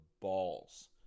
balls